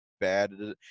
bad